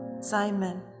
Simon